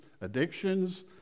addictions